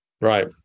Right